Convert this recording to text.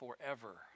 forever